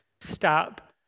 stop